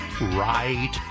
right